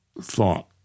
thought